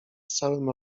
całym